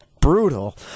brutal